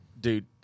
Dude